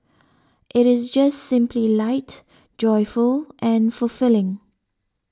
it is just simply light joyful and fulfilling